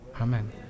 Amen